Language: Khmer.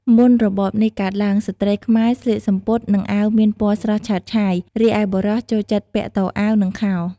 មុនរបបនេះកើតទ្បើង ស្ត្រីខ្មែរស្លៀកសំពត់ និងអាវមានពណ៌ស្រស់ឆើតឆាយ រីឯបុរសចូលចិត្តពាក់តអាវ និងខោ ។